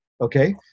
okay